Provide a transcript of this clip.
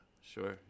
sure